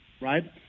right